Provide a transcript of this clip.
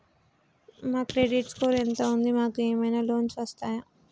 మా credit score ఎంత ఉంది? మాకు ఏమైనా లోన్స్ వస్తయా?